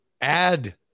add